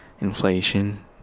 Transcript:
inflation